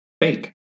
fake